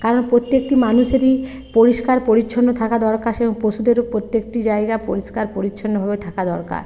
কারণ প্রত্যেকটি মানুষেরই পরিষ্কার পরিচ্ছন্ন থাকা দরকার সেরকম পশুদেরও প্রত্যেকটি জায়গা পরিষ্কার পরিচ্ছন্নভাবে থাকা দরকার